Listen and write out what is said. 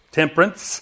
temperance